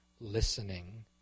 listening